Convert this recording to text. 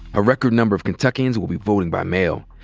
a record number of kentuckians will be voting by mail,